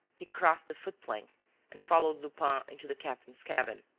he crossed the foot-plank and followed lupin into the captain's cabin.